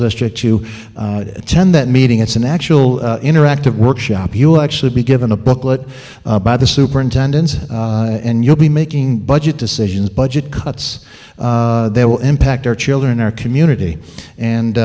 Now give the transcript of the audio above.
district to attend that meeting it's an actual interactive workshop you'll actually be given a booklet by the superintendents and you'll be making budget decisions budget cuts they will impact our children our community